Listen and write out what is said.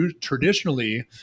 Traditionally